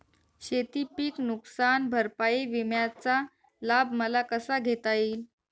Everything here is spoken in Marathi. शेतीपीक नुकसान भरपाई विम्याचा लाभ मला कसा घेता येईल?